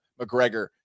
McGregor